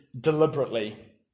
deliberately